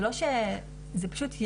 זה פשוט,